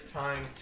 time